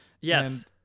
Yes